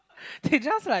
they just like